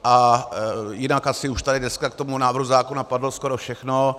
A jinak asi už tady dneska k tomu návrhu zákona padlo skoro všechno.